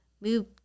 move